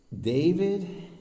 David